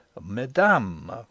Madame